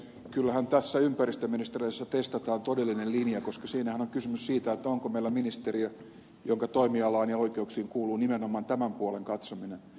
kyllähän tässä ympäristöministeriöasiassa testataan todellinen linja koska siinähän on kysymys siitä onko meillä ministeriötä jonka toimialaan ja oikeuksiin kuuluu nimenomaan tämän puolen katsominen